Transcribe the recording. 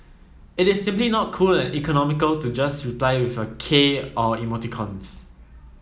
it is simply not cool and economical to just reply with a 'K' or emoticons